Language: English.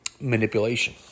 manipulation